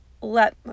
Let